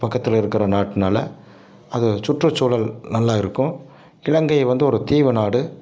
பக்கத்தில் இருக்கிற நாட்டுனால அது சுற்றுச்சூழல் நல்லா இருக்கும் இலங்கை வந்து ஒரு தீவு நாடு